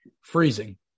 freezing